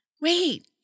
wait